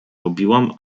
robiłam